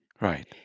Right